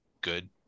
good